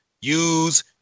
use